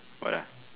what uh